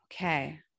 Okay